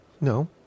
No